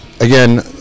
again